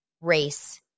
race